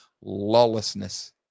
lawlessness